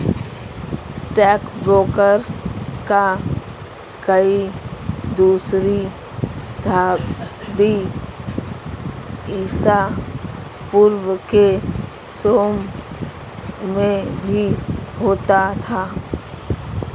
stockbroker का कार्य दूसरी शताब्दी ईसा पूर्व के रोम में भी होता था